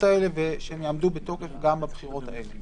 האלה ושהן יעמדו בתוקף גם בבחירות האלה.